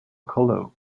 colo